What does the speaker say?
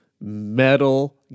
metal